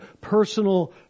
personal